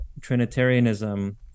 trinitarianism